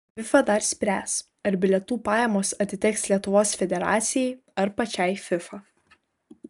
fifa dar spręs ar bilietų pajamos atiteks lietuvos federacijai ar pačiai fifa